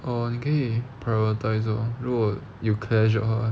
or 你可以 prioritise lor 如果有 clash 的话